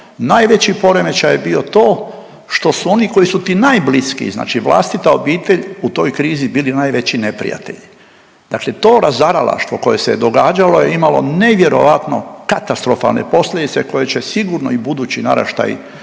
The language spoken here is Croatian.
najveći poremećaj je bio to što su oni koji su ti najbliskiji, znači vlastita obitelj u toj krizi bili najveći neprijatelji. Dakle, to razaralaštvo koje se događalo je imalo nevjerojatno katastrofalne posljedice koje će sigurno i budući naraštaji